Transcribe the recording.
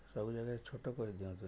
ସବୁ ଜାଗାରେ ଛୋଟ କରିଦିଅନ୍ତୁନି